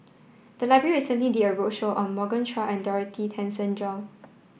the library recently did a roadshow on Morgan Chua and Dorothy Tessensohn